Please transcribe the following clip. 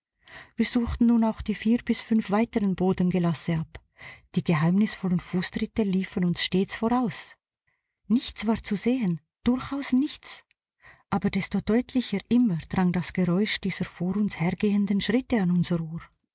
wir suchten nun auch die vier bis fünf weiteren bodengelasse ab die geheimnisvollen fußtritte liefen uns stets voraus nichts war zu sehen durchaus nichts aber desto deutlicher immer drang das geräusch dieser vor uns hergehenden schritte an unser ohr